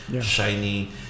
shiny